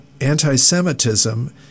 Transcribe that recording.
anti-Semitism